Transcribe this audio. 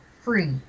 free